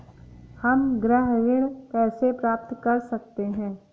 हम गृह ऋण कैसे प्राप्त कर सकते हैं?